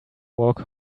walk